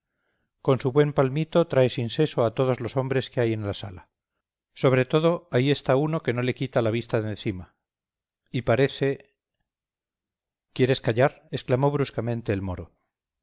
con su buen palmito trae sin seso a todos los hombres que hay en la sala sobre todo ahí está uno que no le quita la vista de encima y parece quieres callar exclamó bruscamente el moro